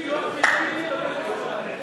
רכב מעוקל),